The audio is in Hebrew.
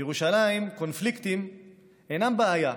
בירושלים קונפליקטים אינם בעיה,